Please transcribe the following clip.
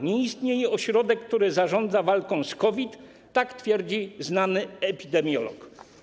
Nie istnieje ośrodek, który zarządza walką z COVID - tak twierdzi znany epidemiolog.